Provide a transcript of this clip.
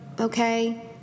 okay